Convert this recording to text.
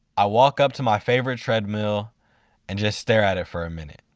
i walk up to my favorite treadmill and just stare at it for a minute.